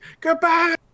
goodbye